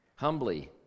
Humbly